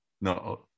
No